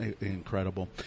incredible